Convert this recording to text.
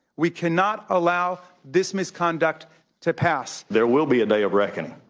we cannot allow this misconduct to pass. there will be a day of reckoning.